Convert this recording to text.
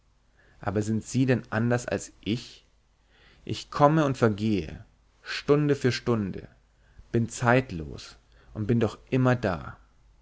aber sind sie denn anders als ich ich komme und vergehe stunde für stunde bin zeitlos und bin doch immer da